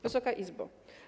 Wysoka Izbo!